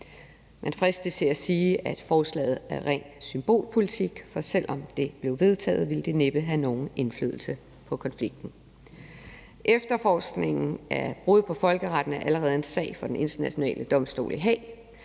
Man fristes til at sige, at forslaget er ren symbolpolitik, for selv om det blev vedtaget, ville det næppe have nogen indflydelse på konflikten. Efterforskningen af brud på folkeretten er allerede en sag for Den Internationale Domstol i Haag,